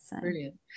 Brilliant